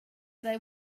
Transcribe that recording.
they